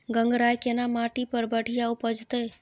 गंगराय केना माटी पर बढ़िया उपजते?